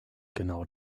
genau